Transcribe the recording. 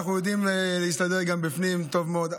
אנחנו יודעים להסתדר גם בפנים טוב מאוד.